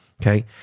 okay